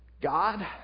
God